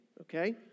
okay